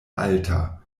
alta